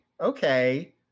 Okay